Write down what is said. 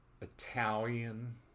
Italian